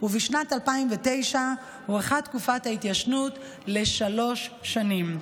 ובשנת 2009 הוארכה תקופת ההתיישנות לשלוש שנים.